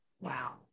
Wow